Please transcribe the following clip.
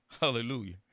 Hallelujah